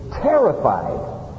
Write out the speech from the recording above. terrified